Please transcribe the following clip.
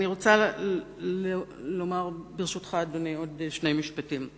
אני רוצה לומר, ברשותך, אדוני, עוד שני משפטים.